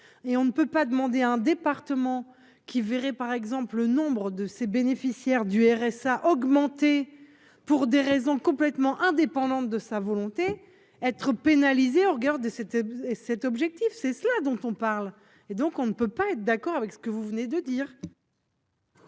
et on ne peut pas demander à un département qui verrait par exemple le nombre de ses bénéficiaires du RSA pour des raisons complètement indépendante de sa volonté, être pénalisés au regard de cette et cet objectif c'est cela dont on parle, et donc on ne peut pas être d'accord avec ce que vous venez de dire.